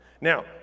Now